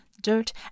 dirt